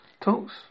talks